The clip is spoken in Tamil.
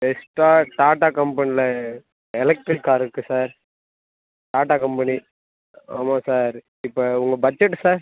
எக்ஸ்ட்ரா டாட்டா கம்பெனியில் எலக்ட்ரிக் கார் இருக்குது சார் டாட்டா கம்பெனி ஆமாம் சார் இப்போ உங்கள் பட்ஜெட்டு சார்